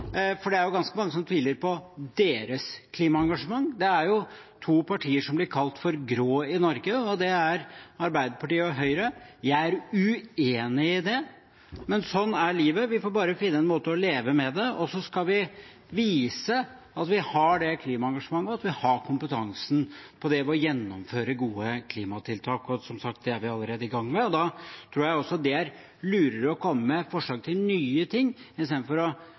for det er ganske mange som tviler på deres klimaengasjement. Det er to partier som blir kalt grå i Norge, og det er Arbeiderpartiet og Høyre. Jeg er uenig i det, men sånn er livet – vi får bare finne en måte å leve med det på. Så skal vi vise at vi har det klimaengasjementet, og at vi har kompetansen, ved å gjennomføre gode klimatiltak. Som sagt: Det er vi allerede i gang med. Da tror jeg også det er lurere å komme med forslag til nye ting i stedet for å,